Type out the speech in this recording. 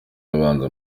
abanza